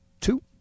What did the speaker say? two